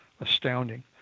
astounding